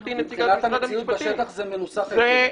גברתי נציגת משרד המשפטים -- מבחינת המציאות בשטח זה מנוסח היטב.